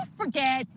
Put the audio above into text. forget